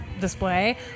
display